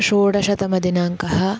षोडशतमदिनाङ्कः